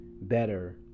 better